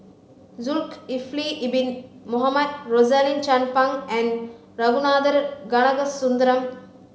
Zulkifli Bin Mohamed Rosaline Chan Pang and Ragunathar Kanagasuntheram